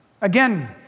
Again